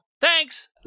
Thanks